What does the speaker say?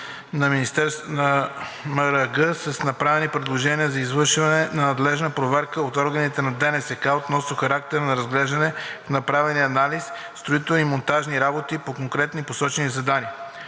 на МРРБ с направени предложения за извършване на надлежна проверка от органите на ДНСК относно характера на разглеждане, направения анализ, строителни и монтажни работи по конкретни посочени задания.